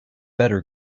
better